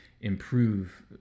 improve